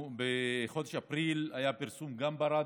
בחודש אפריל היה פרסום גם ברדיו,